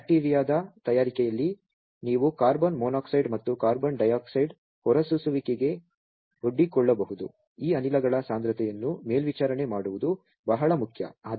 ಮತ್ತು ಬ್ಯಾಕ್ಟೀರಿಯಾದ ತಯಾರಿಕೆಯಲ್ಲಿ ನೀವು ಕಾರ್ಬನ್ ಮಾನಾಕ್ಸೈಡ್ ಮತ್ತು ಕಾರ್ಬನ್ ಡೈಆಕ್ಸೈಡ್ ಹೊರಸೂಸುವಿಕೆಗೆ ಒಡ್ಡಿಕೊಳ್ಳಬಹುದು ಈ ಅನಿಲಗಳ ಸಾಂದ್ರತೆಯನ್ನು ಮೇಲ್ವಿಚಾರಣೆ ಮಾಡುವುದು ಬಹಳ ಮುಖ್ಯ